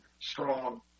strong